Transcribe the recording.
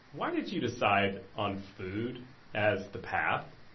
why did you decide on food as the path?